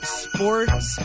sports